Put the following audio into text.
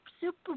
super